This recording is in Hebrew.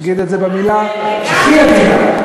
נגיד את זה במילה הכי עדינה.